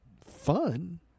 Fun